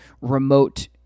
remote